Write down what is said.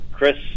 Chris